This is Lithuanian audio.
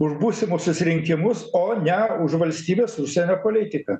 už būsimuosius rinkimus o ne už valstybės užsienio politiką